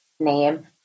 Name